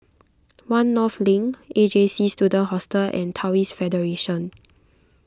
one North Link A J C Student Hostel and Taoist Federation